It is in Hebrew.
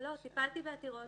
אני טיפלתי בעתירות